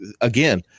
again